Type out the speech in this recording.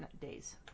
days